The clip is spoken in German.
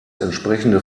entsprechende